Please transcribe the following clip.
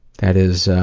that is